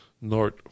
North